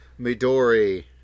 Midori